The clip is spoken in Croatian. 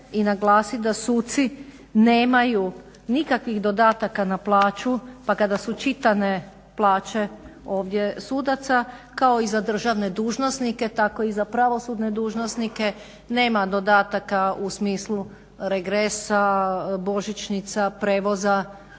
i naglasiti da suci nemaju nikakvih dodataka na plaću pa kada su čitane plaće ovdje sudaca kao i za državne dužnosnike tako i za pravosudne dužnosnike nema dodataka u smislu regresa, božićnica, prijevoza,